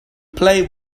play